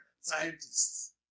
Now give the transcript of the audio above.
scientists